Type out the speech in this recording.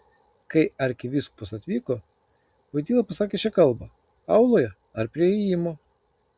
kai arkivyskupas atvyko voityla pasakė šią kalbą auloje ar prie įėjimo